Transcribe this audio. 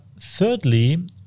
thirdly